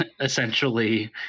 essentially